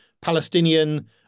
Palestinian